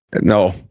no